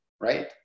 right